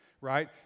right